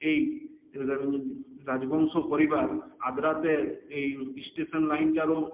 এই রাজবংশ পরিবার আদ্রাতে এই স্টেশন লাইনটারও